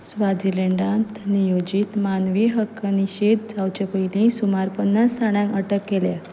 स्वाझिलँडात नियोजीत मानवी हक्क निशेद जावचे पयलीं सुमार पन्नास जाणांक अटक केल्या